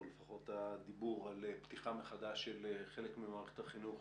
לפחות לאור הדיבור על הפתיחה מחדש של חלק ממערכת החינוך